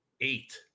Eight